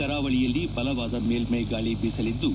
ಕರಾವಳಿಯಲ್ಲಿ ಬಲವಾದ ಮೇಲ್ವೆಗಾಳಿ ಬೀಸಲಿದ್ದು